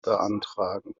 beantragen